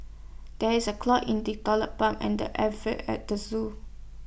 there is A clog in the Toilet Pipe and the air Vents at the Zoo